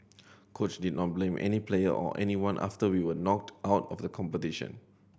coach did not blame any player or anyone after we were knocked out of the competition